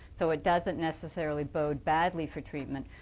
so it doesn't necessarily bode badly for treatment,